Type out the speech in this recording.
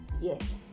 Yes